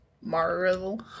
Marvel